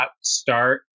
start